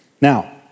Now